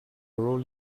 rule